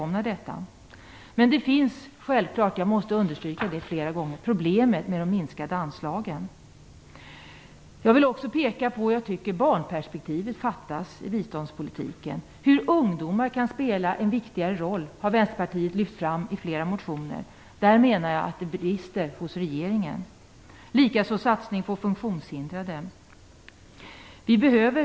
Men problemet med de minskade anslagen kvarstår - jag måste understryka det. Jag tycker också att barnperspektivet fattas i biståndspolitiken. Hur ungdomar kan spela en viktigare roll har Vänsterpartiet lyft fram i flera motioner. Där menar jag att det brister hos regeringen. Detsamma gäller en satsning på funktionshindrade.